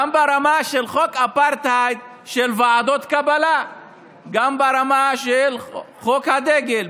גם ברמה של חוק אפרטהייד של ועדות קבלה וגם ברמה של חוק הדגל.